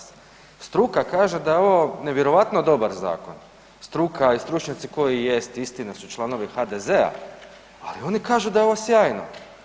Struka kaže da je ovo nevjerojatno dobar zakon struka i stručnjaci koji jest istina su članovi HDZ-a, ali oni kažu da je ovo sjajno.